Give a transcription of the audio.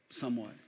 somewhat